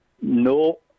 No